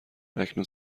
اکنون